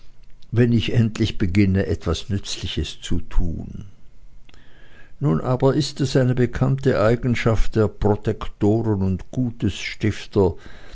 wenn ich endlich beginne etwas nützliches zu tun nun aber ist es eine bekannte eigenschaft der protektoren und